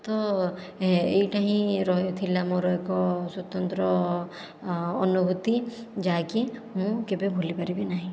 ତ ଏଇଟା ହିଁ ରହିଥିଲା ମୋର ଏକ ସ୍ଵତନ୍ତ୍ର ଅନୁଭୂତି ଯାହାକି ମୁଁ କେବେ ଭୁଲି ପାରିବି ନାହିଁ